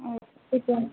ও সেটাই